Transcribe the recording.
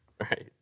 right